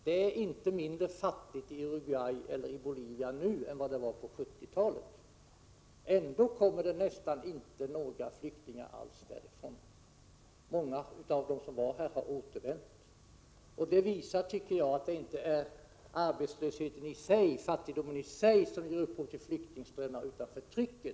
Det är inte mindre fattigt i Uruguay eller i Bolivia nu än vad det var på 70-talet. Ändå kommer det nästan inga flyktingar alls därifrån. Många av flyktingarna från dessa länder har återvänt. Detta visar, tycker jag, att det inte är arbetslösheten i sig, fattigdomen i sig, som ger upphov till flyktingströmmar, utan det är förtrycket.